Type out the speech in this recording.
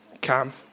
Cam